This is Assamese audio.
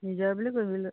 নিজৰ বুলি কৈবিলো